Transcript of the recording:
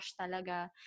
talaga